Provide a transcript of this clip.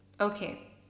okay